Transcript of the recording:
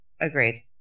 Agreed